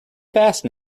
fast